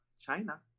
China